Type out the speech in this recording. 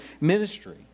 ministry